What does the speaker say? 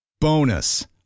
Bonus